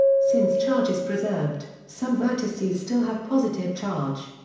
since charge is preserved, some vertices still have positive charge.